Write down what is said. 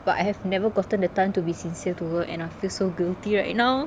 but I have never gotten the time to be sincere to her and I feel so guilty right now